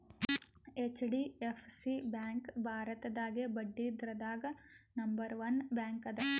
HDFC bank ಭಾರತದಾಗೇ ಬಡ್ಡಿದ್ರದಾಗ್ number one bank ಅದ